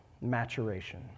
maturation